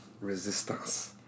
resistance